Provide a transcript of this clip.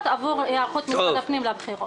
הוא ביטל הכל.